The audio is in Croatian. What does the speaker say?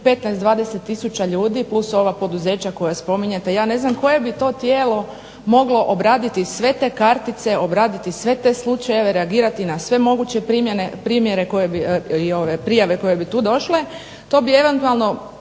15, 20 tisuća ljudi plus ova poduzeća koja spominjete. Ja ne znam koje bi to tijelo moglo obraditi sve te kartice, obraditi sve te slučajeve, reagirati na sve moguće prijave koje bi tu došle. To bi eventualno